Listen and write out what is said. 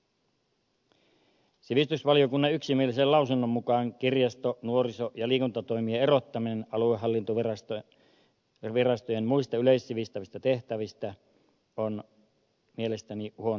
samoin kuin sivistysvaliokunnan yksimielisen lausunnon mukaan kirjasto nuoriso ja liikuntatoimien erottaminen aluehallintovirastojen muista yleissivistävistä tehtävistä on minunkin mielestäni huono vaihtoehto